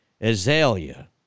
Azalea